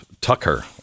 Tucker